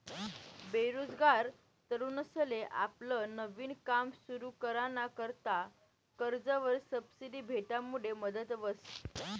बेरोजगार तरुनसले आपलं नवीन काम सुरु कराना करता कर्जवर सबसिडी भेटामुडे मदत व्हस